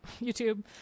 YouTube